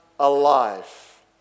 Alive